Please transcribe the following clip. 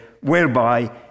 whereby